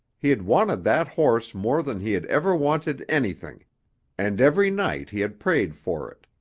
he had wanted that horse more than he had ever wanted anything and every night he had prayed for it.